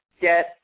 get